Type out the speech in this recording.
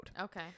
okay